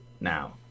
now